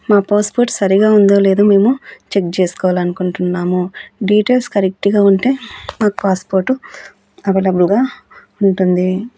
మా పాస్పోర్ట్ సరిగ్గా ఉందో లేదో మేము చెక్ చేసుకోవాలనుకుంటున్నాము డీటెయిల్స్ కరెక్ట్గా ఉంటే మా పాస్పోర్ట్ అవైలబుల్గా ఉంటుంది